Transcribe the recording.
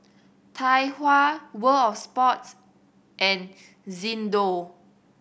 Tai Hua World Sports and Xndo